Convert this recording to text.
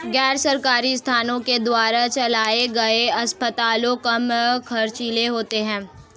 गैर सरकारी संस्थान के द्वारा चलाये गए अस्पताल कम ख़र्चीले होते हैं